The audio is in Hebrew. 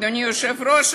אדוני היושב-ראש,